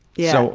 yeah.